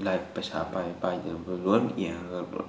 ꯄꯩꯁꯥ ꯄꯥꯏꯕ ꯄꯥꯏꯗꯕ ꯂꯣꯏꯃꯛ ꯌꯦꯡꯉꯒ